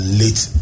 late